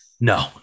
No